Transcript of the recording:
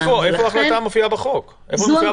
איפה ההחלטה מופיעה בתקנה?